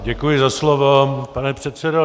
Děkuji za slovo, pane předsedo.